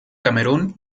camerún